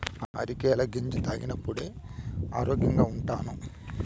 అరికెల గెంజి తాగేప్పుడే ఆరోగ్యంగా ఉండాను